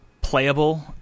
playable